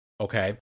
Okay